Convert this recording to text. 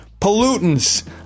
pollutants